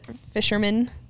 fisherman